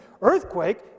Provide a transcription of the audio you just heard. earthquake